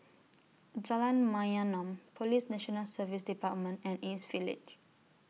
Jalan Mayaanam Police National Service department and East Village